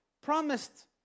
promised